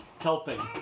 helping